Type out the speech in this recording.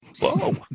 Whoa